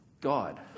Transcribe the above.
God